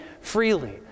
freely